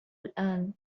الآن